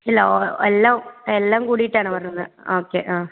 ഇല്ല എല്ലാം എല്ലാം കൂടിയിട്ടാണ് പറഞ്ഞത് ഓക്കേ ആ